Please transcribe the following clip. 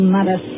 Mother